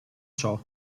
ciò